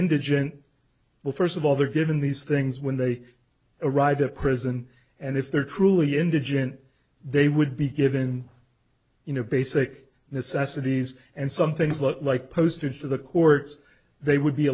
indigent well first of all they're given these things when they arrive at prison and if they're truly indigent they would be given you know basic necessities and some things looked like postage to the courts they would be